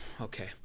okay